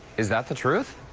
is that the truth?